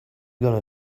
gonna